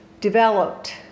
developed